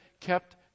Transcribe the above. kept